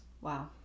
Wow